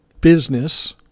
business